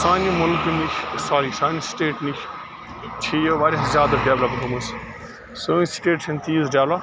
سانہِ ملکہٕ نِش سوٛاری سانہِ سِٹیٹہٕ نِش چھِ یہِ واریاہ زیادٕ ڈیٚولَپ گٔمٕژ سٲنۍ سِٹیٹ چھَنہٕ تیٖژ ڈیٚولَپ